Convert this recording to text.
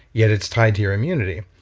yet it's tied to your immunity.